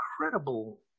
incredible